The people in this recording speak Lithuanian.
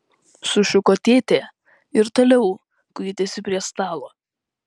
sušuko tėtė ir toliau kuitėsi prie stalo